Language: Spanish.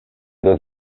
dos